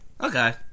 Okay